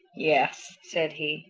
yes, said he,